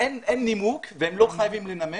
אין נימוק והם לא חייבים לנמק.